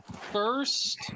first